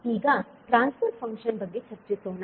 ಈಗ transfer function ಬಗ್ಗೆ ಚರ್ಚಿಸೋಣ